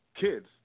kids